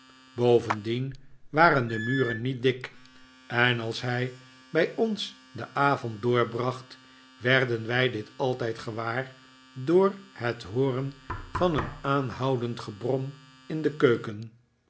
bovendien waren de muren niet dik en als hij bij ons den avond doorbracht werden wij dit altijd gewaar door het hooren van een aanhoudend gebrom in de keuken